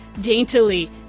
daintily